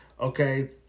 Okay